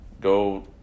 go